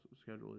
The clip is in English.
schedule